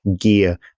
gear